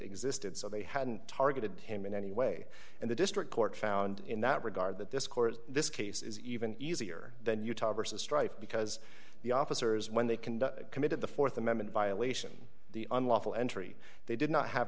existed so they hadn't targeted him in any way and the district court found in that regard that this court this case is even easier than utah versus strife because the officers when they conduct committed the th amendment violation the unlawful entry they did not have